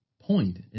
point